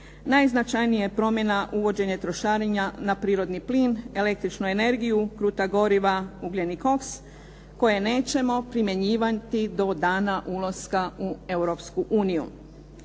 Najznačajnija promjena uvođenja trošarina na prirodni plin, električnu energiju, kruta goriva, uljen i koks koje nećemo primjenjivati do dana ulaska u